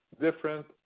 different